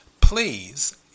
please